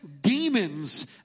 demons